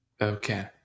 Okay